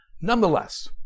Nonetheless